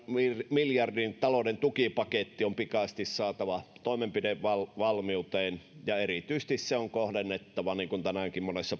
miljardin talouden tukipaketti on pikaisesti saatava toimenpidevalmiuteen ja erityisesti se on kohdennettava niin kuin tänäänkin monessa